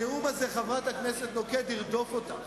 הנאום הזה, חברת הכנסת נוקד, ירדוף אותך.